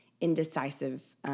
indecisive